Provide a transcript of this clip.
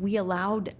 we allowed